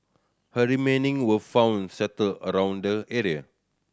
her remaining were found scattered around the area